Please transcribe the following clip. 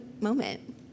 moment